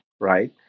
right